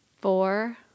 four